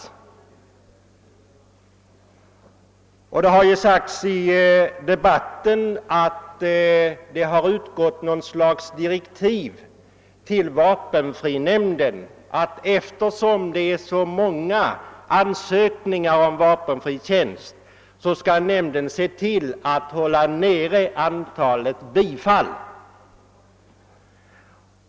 I debatten har det gjorts gällande att det har utgått något slags direktiv till vapenfrinämnden om att den, eftersom det är så många ansökningar om vapenfri tjänst, skall se till att den håller nere antalet bifall.